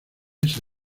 ese